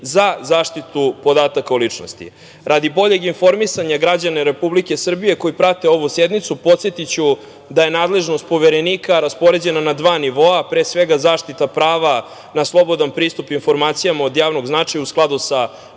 za zaštitu podataka o ličnosti. Radi boljeg informisanja građana Republike Srbije koji prate ovu sednicu, podsetiću da je nadležnost Poverenika raspoređena na dva nivoa, pre svega zaštita prava na slobodan pristup informacijama od javnog značaja u skladu sa